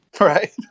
right